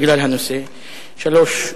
בגלל הנושא, ג.